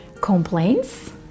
complaints